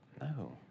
No